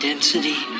density